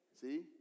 See